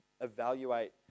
evaluate